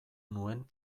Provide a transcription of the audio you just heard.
nuen